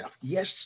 yes